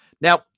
Now